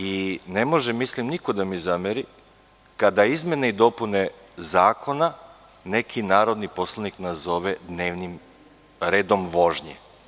Mislim da ne može niko da mi zameri kada izmene i dopune zakona neki narodni poslanik nazove „dnevnim redom vožnje“